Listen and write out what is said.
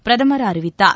பிரதமர் அறிவித்தார்